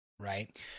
Right